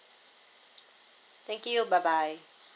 thank you bye bye